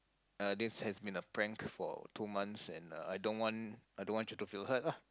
uh this has been a prank for two months and uh I don't want I don't want you to feel hurt ah